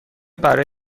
برای